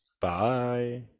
Bye